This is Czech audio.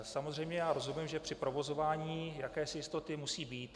Samozřejmě rozumím, že při provozování jakési jistoty musí být.